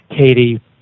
Katie